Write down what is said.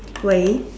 喂